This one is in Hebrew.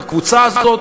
בקבוצה הזאת,